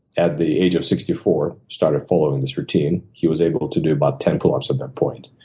at the age of sixty four started following this routine. he was able to do about ten pull-ups at that point.